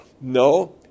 no